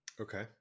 Okay